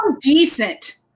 decent